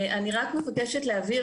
אני רק מבקשת להבהיר